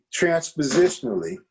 transpositionally